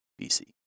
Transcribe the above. BC